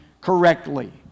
correctly